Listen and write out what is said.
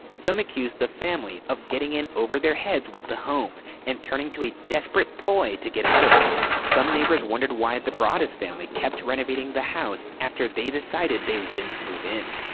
some accused the family of getting in over their heads with the home, and turning to a desperate ploy to get out of it. some neighbors wondered why the broaddus family kept renovating the house after they decided they wouldn't move in.